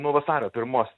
nuo vasario pirmos